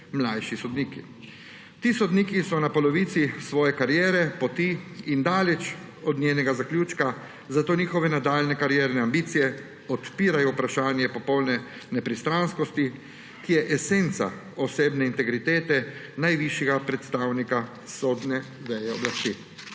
mlajši sodniki. Ti sodniki so na polovici svoje kariere, poti in daleč od njenega zaključka, zato njihove nadaljnje karierne ambicije odpirajo vprašanje popolne nepristranskosti, ki je esenca osebne integritete najvišjega predstavnika sodne veje oblasti.